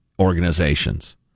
organizations